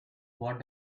what